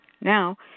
now